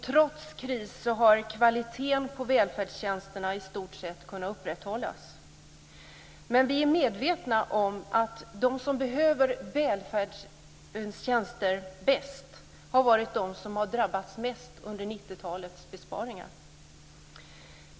Trots kris har kvaliteten på välfärdstjänsterna i stort sett kunnat upprätthållas. Men vi är medvetna om att de som behöver välfärdens tjänster bäst har varit de som drabbats mest under 90-talets besparingar.